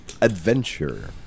adventure